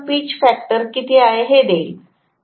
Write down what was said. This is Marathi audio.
हे मला पिच फॅक्टर किती आहे हे देईल